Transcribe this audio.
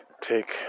Take